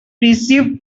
perceived